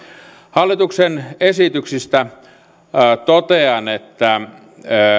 hallituksen esityksistä totean että